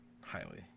highly